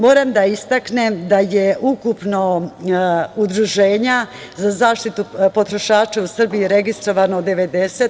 Moram da istaknem da je ukupno udruženja za zaštitu potrošača u Srbiji registrovano 90.